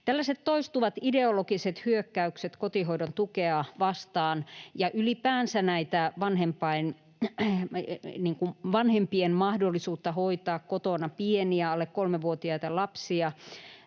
toistuvat ideologiset hyökkäykset kotihoidon tukea vastaan ja ylipäänsä vastaan vanhempien mahdollisuutta hoitaa kotona pieniä, alle kolmevuotiaita lapsia